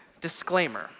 disclaimer